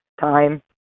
time